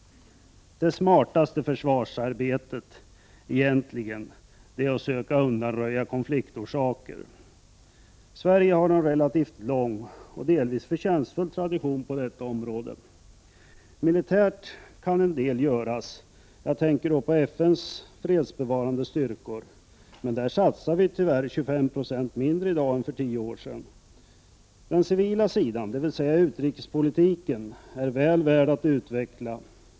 Det smartaste försvarsarbetet är egentligen att söka undanröja konfliktorsaker. Sverige har en relativt lång och delvis förtjänstfull tradition på detta område. Militärt kan en del göras. Jag tänker då på FN:s fredsbevarande styrkor, men där satsar vi tyvärr 25 20 mindre i dag än för tio år sedan. Den civila sidan, dvs. utrikespolitiken, är väl värd att utveckla.